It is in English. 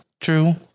True